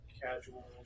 casual